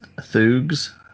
Thugs